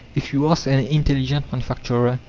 if you ask an intelligent manufacturer,